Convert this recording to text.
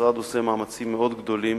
המשרד עושה מאמצים מאוד גדולים